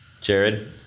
Jared